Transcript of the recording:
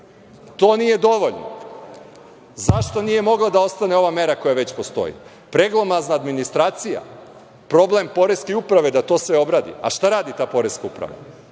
to nije dovoljno.Zašto nije mogla da ostane ova mera koja već postoji? Preglomazna administracija, problem poreske uprave da to sve obradi? A šta radi ta poreska uprava,